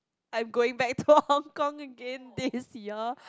I'm going back to Hong Kong again this year